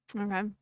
Okay